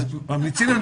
ממליצים להם,